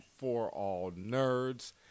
ForAllNerds